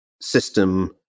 system